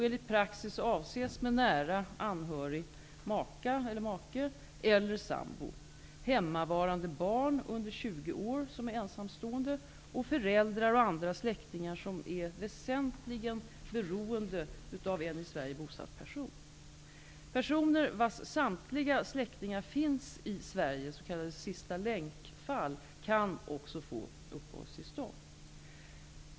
Enligt praxis avses med nära anhörig maka/make eller sambo, hemmavarande barn under 20 år som är ensamstående, föräldrar och andra släktningar som är väsentligen beroende av en i Sverige bosatt person. Personer vars samtliga nära släktingar finns i Sverige, s.k. ''sista länk''-fall kan också få uppehållstillstånd.